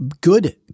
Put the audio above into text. good